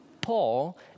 Paul